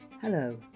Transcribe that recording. Hello